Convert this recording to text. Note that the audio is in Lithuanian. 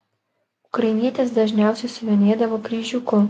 ukrainietės dažniausiai siuvinėdavo kryžiuku